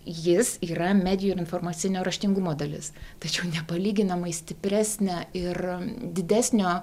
jis yra medijų ir informacinio raštingumo dalis tačiau nepalyginamai stipresne ir didesnio